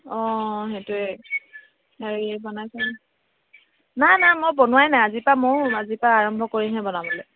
অঁ সেইটোৱে হেৰি বনাইছে নাই নাই মই বনোৱাই নাই আজিৰ পৰা ময়ো আজিৰ পৰা আৰম্ভ কৰিমহে বনাবলৈ